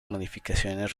modificaciones